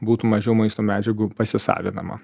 būtų mažiau maisto medžiagų pasisavinama